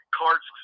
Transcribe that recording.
cards